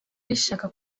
rishaka